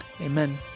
Amen